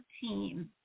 team